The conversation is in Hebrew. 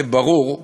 זה ברור,